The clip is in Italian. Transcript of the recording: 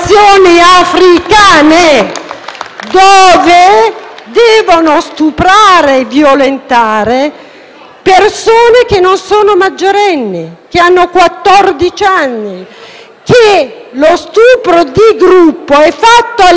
di stuprare e violentare persone che non sono maggiorenni, che hanno quattordici anni. Lo stupro di gruppo è fatto all'interno di uno schema tribale ben definito.